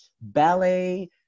ballet